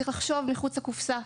צריך לחשוב מחוץ לקופסה.